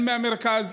הן מהמרכז,